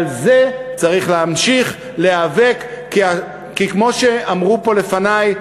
על זה צריך להמשיך להיאבק, כי כמו שאמרו פה לפני,